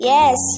Yes